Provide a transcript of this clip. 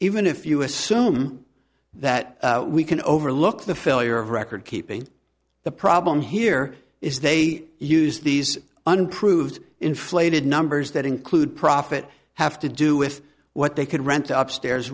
even if you assume that we can overlook the failure of record keeping the problem here is they use these unproved inflated numbers that include profit have to do with what they could rent to upstairs